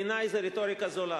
בעיני זו רטוריקה זולה.